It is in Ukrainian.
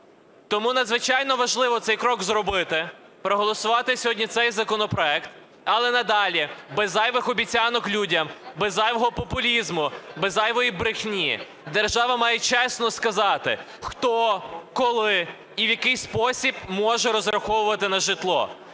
Тому надзвичайно важливо цей крок зробити, проголосувати цей законопроект. Але надалі без зайвих обіцянок людям, без зайвого популізму, без зайвої брехні держава має чесно сказати, хто, коли і в який спосіб може розраховувати на житло.